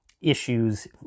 issues